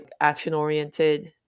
action-oriented